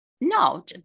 no